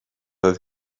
oedd